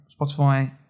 Spotify